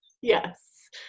Yes